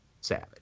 Savage